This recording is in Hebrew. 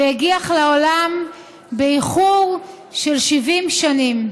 והגיח לעולם באיחור של 70 שנים.